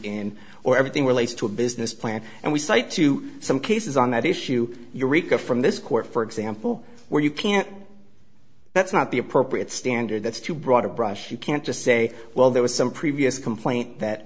in or everything relates to a business plan and we cite to some cases on that issue eureka from this court for example where you can't that's not the appropriate standard that's too broad a brush you can't just say well there was some previous complaint that